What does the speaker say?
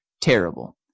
terrible